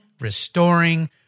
restoring